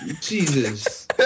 Jesus